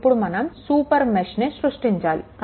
ఇప్పుడు మనం సూపర్ మెష్ని సృష్టించాలి